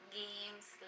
games